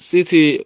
City